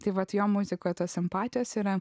tai vat jo muzikoje tos simpatijos yra